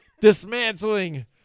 dismantling